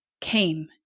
came